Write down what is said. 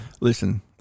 listen